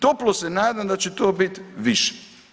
Toplo se nadam da će to bit više.